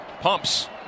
Pumps